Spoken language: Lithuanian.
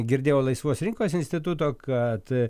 girdėjau laisvos rinkos instituto kad